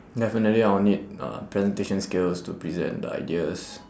definitely I'll need uh presentation skills to present the ideas